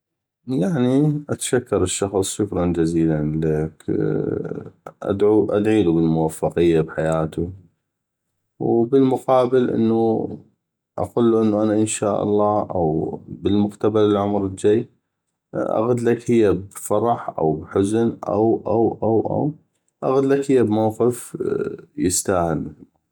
يعني اتشكر الشخص شكرا جزيلا ادعيلو بالموفقيه بحياتو وبالمقابل اقلو انو انا أن شاء الله أو بمقتبل العمر الجي اغدلك هيه بفرح أو بحزن أو أو أو اغدلك هيه بموقف يستاهل